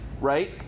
right